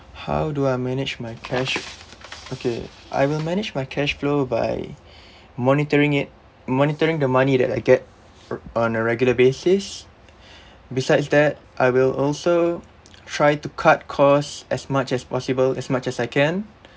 how do I manage my cash okay I will manage my cash flow by monitoring it monitoring the money that I get on a regular basis besides that I will also try to cut costs as much as possible as much as I can